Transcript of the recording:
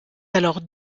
alors